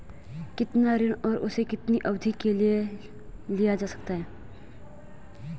कितना ऋण और उसे कितनी अवधि के लिए लिया जा सकता है?